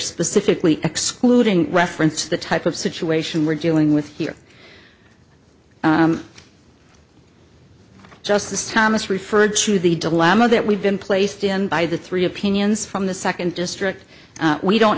specifically excluding reference to the type of situation we're dealing with here justice thomas referred to the dilemma that we've been placed in by the three opinions from the second district we don't